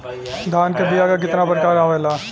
धान क बीया क कितना प्रकार आवेला?